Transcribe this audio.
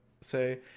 say